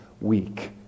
week